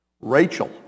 Rachel